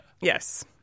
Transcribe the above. Yes